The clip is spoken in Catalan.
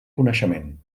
coneixement